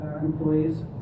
employees